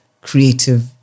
creative